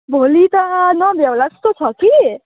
भोलि त नभ्याउला जस्तो छ कि